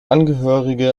angehörige